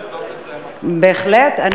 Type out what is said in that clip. בהחלט.